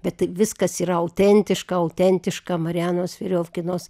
bet viskas yra autentiška autentiška marianos viriofkinos